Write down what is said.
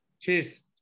Cheers